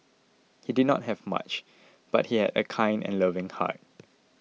he did not have much but he had a kind and loving heart